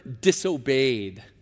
disobeyed